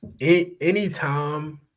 Anytime